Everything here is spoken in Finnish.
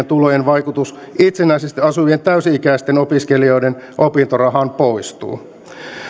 tulojen vaikutus itsenäisesti asuvien täysi ikäisten opiskelijoiden opintorahaan poistuu